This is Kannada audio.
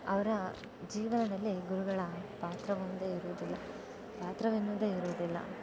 ಅವರ ಜೀವನದಲ್ಲಿ ಗುರುಗಳ ಪಾತ್ರವೊಂದು ಇರುವುದಿಲ್ಲ ಪಾತ್ರವೆನ್ನುವುದೇ ಇರುವುದಿಲ್ಲ